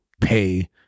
pay